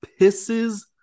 pisses